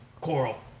coral